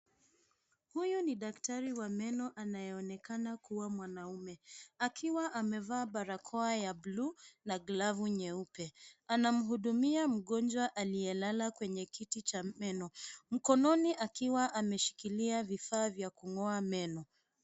Huyu ni daktari wa meno anayeonekana kuwa mwanaume akiwa amevaa barakoa ya blue na glavu nyeupe. Anamhudumia mgonjwa aliyelala kwenye kiti cha meno, mkononi akiwa ameshikilia vifaa vya kung'oa meno.